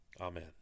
amen